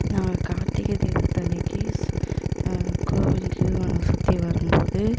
நான் கார்த்திகை தீபத்தன்றைக்கி சு கோவில் கிரிவலம் சுற்றி வரும் போது